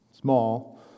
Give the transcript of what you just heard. small